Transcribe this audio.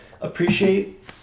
appreciate